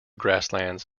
grasslands